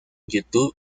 youtube